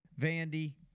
Vandy